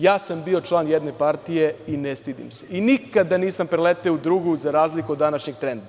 Ja sam bio član jedne partije i ne stidim se, i nikada nisam preleteo u drugu, za razliku od današnjeg trenda.